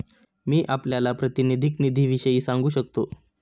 मी आपल्याला प्रातिनिधिक निधीविषयी सांगू शकतो